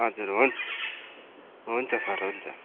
हजुर हुन्छ हुन्छ सर हुन्छ